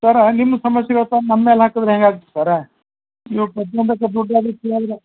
ಸರ ನಿಮ್ಮ ಸಮಸ್ಯೆಗಳ ತಂದು ನಮ್ಮ ಮೇಲೆ ಹಾಕಿದ್ರೆ ಹೆಂಗಾಗತ್ ಸರ